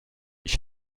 ich